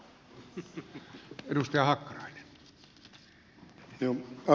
arvoisa puhemies